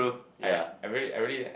I I really I really